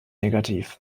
negativ